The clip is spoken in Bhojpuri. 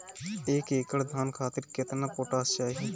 एक एकड़ धान खातिर केतना पोटाश चाही?